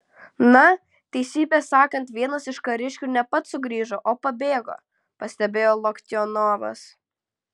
na teisybę sakant vienas iš kariškių ne pats sugrįžo o pabėgo pastebėjo loktionovas